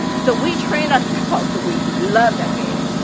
so we trained ourselves, we loved that game.